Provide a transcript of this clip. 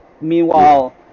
meanwhile